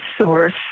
source